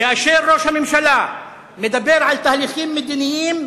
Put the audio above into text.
כאשר ראש הממשלה מדבר על תהליכים מדיניים,